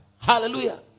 Hallelujah